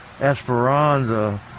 Esperanza